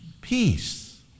peace